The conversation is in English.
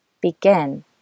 Begin